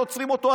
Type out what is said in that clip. עוצרים אותו,